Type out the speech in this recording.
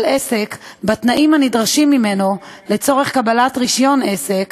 עסק בתנאים הנדרשים ממנו לצורך קבלת רישיון עסק,